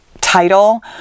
title